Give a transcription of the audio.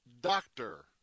doctor